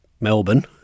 Melbourne